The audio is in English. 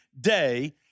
day